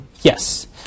yes